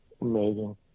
amazing